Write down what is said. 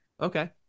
Okay